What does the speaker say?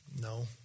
No